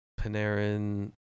Panarin